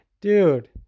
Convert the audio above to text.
Dude